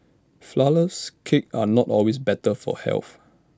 Flourless Cakes are not always better for health